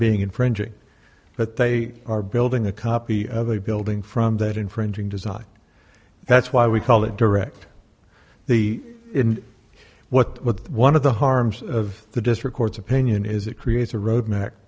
being infringing but they are building a copy of a building from that infringing design that's why we call it direct the what but one of the harms of the district court's opinion is it creates a road ma